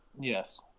Yes